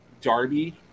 Darby